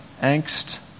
angst